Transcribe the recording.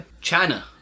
China